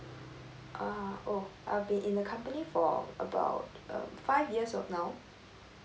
ah oh I've been in the company for about um five years old now